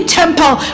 temple